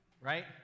right